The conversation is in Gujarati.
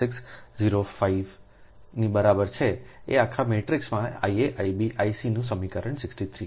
4605 ની બરાબર છે આ આખા મેટ્રિક્સમાં Ia Ib Ic આ સમીકરણ 63 છે